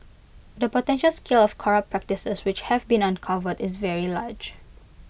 the potential scale of corrupt practices which have been uncovered is very large